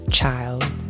child